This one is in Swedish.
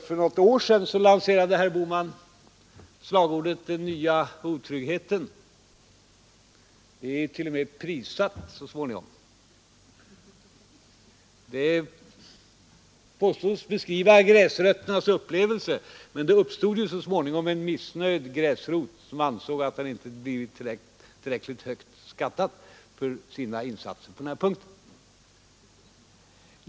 För något år sedan lanserade herr Bohman slagordet ”den nya otryggheten” — det blev t.o.m. prisat så småningom. Det påstods beskriva gräsrötternas upplevelser, men det uppstod ju så småningom en missnöjd gräsrot som ansåg att han inte blivit tillräckligt högt skattad för sina insatser på den här punkten.